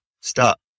stop